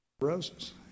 roses